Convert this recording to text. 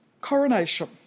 coronation